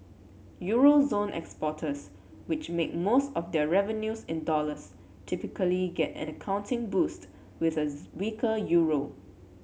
euro zone exporters which make most of their revenues in dollars typically get an accounting boost with as weaker euro